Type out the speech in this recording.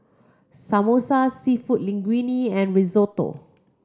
Samosa Seafood Linguine and Risotto